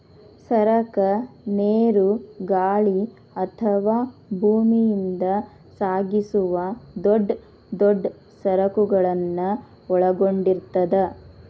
ಸರಕ ನೇರು ಗಾಳಿ ಅಥವಾ ಭೂಮಿಯಿಂದ ಸಾಗಿಸುವ ದೊಡ್ ದೊಡ್ ಸರಕುಗಳನ್ನ ಒಳಗೊಂಡಿರ್ತದ